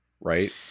Right